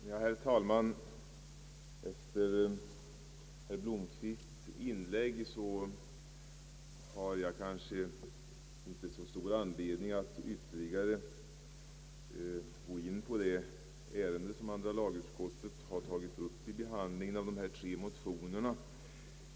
Herr talman! Efter herr Blomquists inlägg har jag kanske inte så stor anledning att ytterligare i detalj gå in på det ärende som andra lagutskottet har tagit upp vid behandlingen av de föreliggande motionerna.